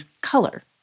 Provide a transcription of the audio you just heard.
color